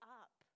up